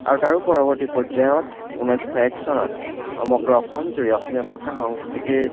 আৰু তাৰো পৰৱৰ্তী পৰ্যায়ত ঊনৈছশ এক চনত সমগ্ৰ অসমজুৰি অসমীয়া ভাষা সংস্কৃতিৰ